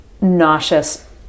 Nauseous